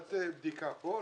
ועדת הבדיקה פה?